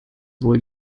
wohl